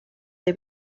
the